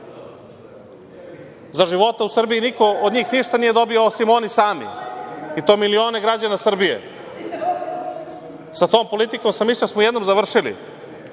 Za života u Srbiji niko od njih ništa nije dobio, osim oni sami, i to milione građana Srbije. Sa tom politikom mislio sam da smo jednom završili,